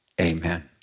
Amen